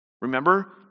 remember